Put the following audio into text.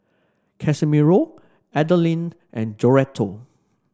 Casimiro Adalynn and Joretta